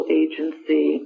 agency